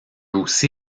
aussi